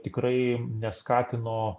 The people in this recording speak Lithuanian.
tikrai neskatino